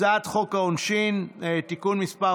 הצעת חוק העונשין (תיקון מס'